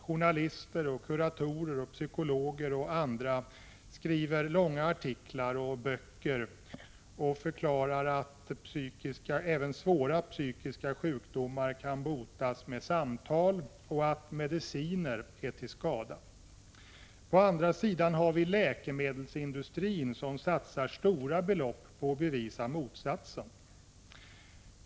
Journalister, kuratorer, psykologer och andra skriver långa artiklar och böcker och förklarar att även svåra psykiska sjukdomar kan botas med samtal och att mediciner är till skada. På andra sidan satsar läkemedelsindustrin stora belopp på att bevisa motsatsen.